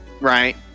right